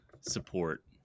support